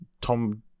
Tom